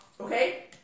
Okay